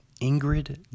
Ingrid